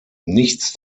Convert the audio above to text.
nichts